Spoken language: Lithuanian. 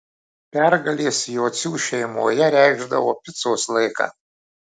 pergalės jocių šeimoje reikšdavo picos laiką